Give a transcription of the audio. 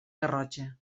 garrotxa